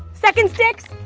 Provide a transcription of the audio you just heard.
second sticks!